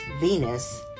Venus